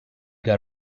got